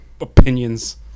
opinions